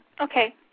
okay